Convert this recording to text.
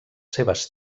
seves